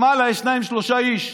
למעלה יש שניים-שלושה איש.